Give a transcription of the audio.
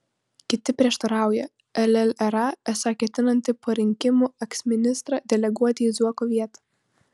kiti prieštarauja llra esą ketinanti po rinkimų eksministrą deleguoti į zuoko vietą